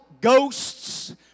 ghosts